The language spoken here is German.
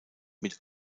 mit